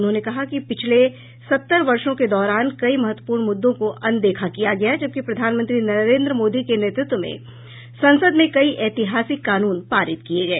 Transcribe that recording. उन्होंने कहा कि पिछले सत्तर वर्षो के दौरान कई महत्वपूर्ण मुद्दों को अनदेखा किया गया जबकि प्रधानमंत्री नरेंद्र मोदी के नेतृत्व में संसद में कई ऐतिहासिक कानून पारित किए गए